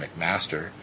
McMaster